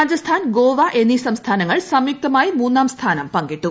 രാജസ്ഥാൻ ഗോവ എന്നീ സംസ്ഥാനങ്ങൾ സംയുക്തമായി മൂന്നാം സ്ഥാനം പങ്കിട്ടു